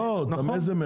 איזה מכס?